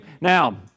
now